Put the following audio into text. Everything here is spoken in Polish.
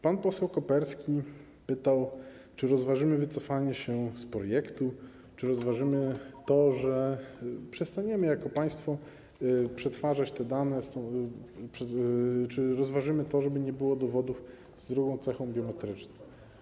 Pan poseł Koperski pytał, czy rozważymy wycofanie się z projektu, czy rozważymy to, że przestaniemy jako państwo przetwarzać te dane, czy rozważymy to, żeby nie było dowodów z drugą cechą biometryczną.